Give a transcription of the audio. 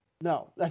No